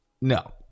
No